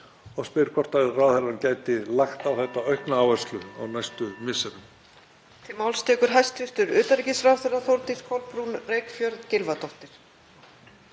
og spyr hvort ráðherrann gæti lagt á þetta aukna áherslu á næstu misserum.